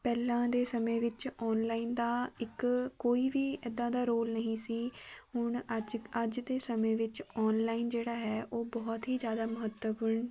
ਪਹਿਲਾਂ ਦੇ ਸਮੇਂ ਵਿੱਚ ਔਨਲਾਈਨ ਦਾ ਇੱਕ ਕੋਈ ਵੀ ਇੱਦਾਂ ਦਾ ਰੋਲ ਨਹੀਂ ਸੀ ਹੁਣ ਅੱਜ ਅੱਜ ਦੇ ਸਮੇਂ ਵਿੱਚ ਔਨਲਾਈਨ ਜਿਹੜਾ ਹੈ ਉਹ ਬਹੁਤ ਹੀ ਜ਼ਿਆਦਾ ਮਹੱਤਵਪੂਰਨ